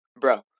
bro